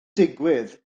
digwydd